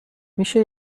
میشه